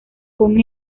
con